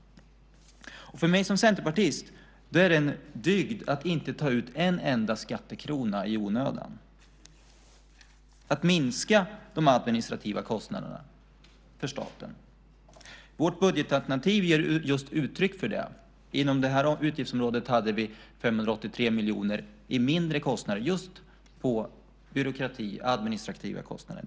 För mig som centerpartist är det en dygd att inte ta ut en enda skattekrona i onödan och att minska de administrativa kostnaderna för staten. Vårt budgetalternativ ger uttryck för det. Inom det här utgiftsområdet hade vi 583 miljoner i mindre kostnader just för byråkrati, administrativa kostnader.